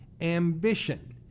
ambition